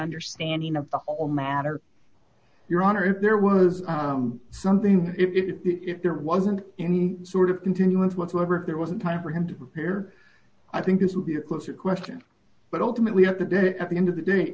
understanding of the whole matter your honor if there was something if there wasn't any sort of continuance whatsoever if there wasn't time for him to prepare i think this would be a closer question but ultimately up to date at the end of the day